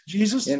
Jesus